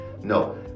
No